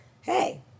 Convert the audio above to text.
hey